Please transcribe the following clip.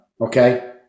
okay